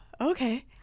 Okay